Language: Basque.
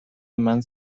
eman